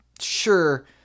Sure